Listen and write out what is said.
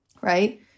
right